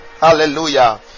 hallelujah